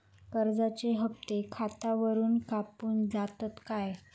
कर्जाचे हप्ते खातावरून कापून जातत काय?